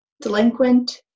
delinquent